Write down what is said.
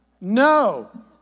No